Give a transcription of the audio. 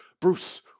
bruce